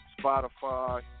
Spotify